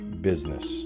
business